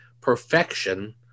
perfection